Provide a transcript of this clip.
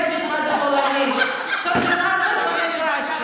יש משפט בפולנית (אומרת מילים בשפה הפולנית.)